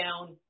down